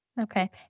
Okay